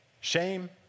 shame